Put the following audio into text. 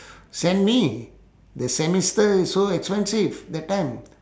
send me the semester so expensive that time